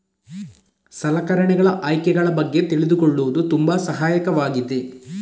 ಸಲಕರಣೆಗಳ ಆಯ್ಕೆಗಳ ಬಗ್ಗೆ ತಿಳಿದುಕೊಳ್ಳುವುದು ತುಂಬಾ ಸಹಾಯಕವಾಗಿದೆ